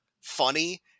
funny